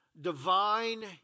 divine